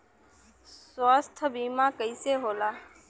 स्वास्थ्य बीमा कईसे होला?